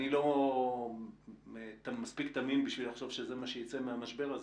אני לא מספיק תמים בשביל לחשוב שזה מה שיצא מהמשבר הזה.